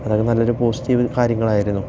അതൊക്കെ നല്ലൊരു പോസിറ്റീവ് കാര്യങ്ങളായിരുന്നു